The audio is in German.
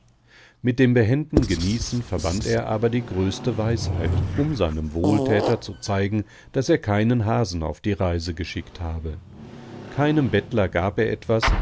mit dem behenden genießen verband er aber die größte weisheit um seinem wohltäter zu zeigen daß er keinen hasen auf reisen geschickt habe keinem bettler gab er etwas